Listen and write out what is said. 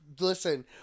Listen